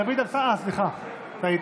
דוד אמסלם, אה, סליחה, טעיתי.